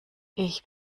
ich